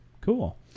Cool